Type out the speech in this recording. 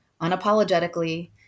unapologetically